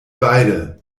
beide